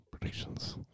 Predictions